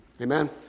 amen